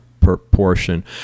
proportion